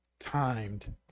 timed